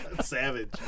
Savage